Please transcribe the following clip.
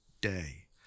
day